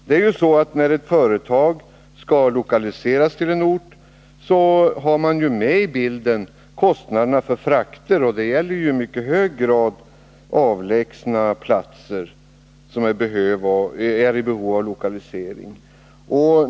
Det är ju så att när ett företag skall lokaliseras till en ort har man med i bilden kostnaderna för frakter, och det gäller i mycket hög grad avlägsna platser som är i behov av lokaliseringsstöd.